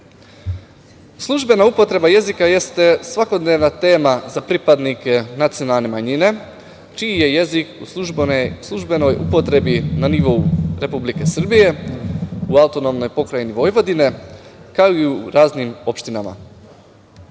Službena upotreba jezika jeste svakodnevna tema za pripadnike nacionalne manjine čiji je jezik u službenoj upotrebi na nivou Republike Srbije u AP Vojvodina, kao i u raznim opštinama.U